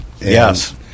Yes